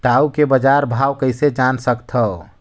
टाऊ के बजार भाव कइसे जान सकथव?